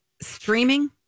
streaming